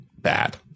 bad